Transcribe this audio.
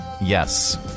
Yes